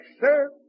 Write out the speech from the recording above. sir